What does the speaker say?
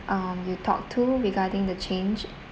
um you talked to regarding the change